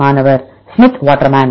மாணவர் Smith waterman